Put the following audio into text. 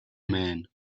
man